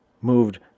moved